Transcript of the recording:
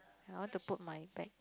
I want to put my bag